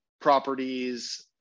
properties